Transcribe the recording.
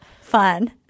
Fun